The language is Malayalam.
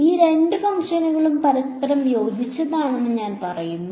ഈ രണ്ട് ഫംഗ്ഷനുകളും പരസ്പരം യോജിച്ചതാണെന്ന് ഞങ്ങൾ പറയുന്നു